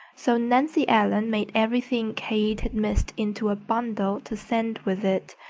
so nancy ellen made everything kate had missed into a bundle to send with it.